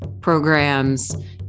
programs